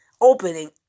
opening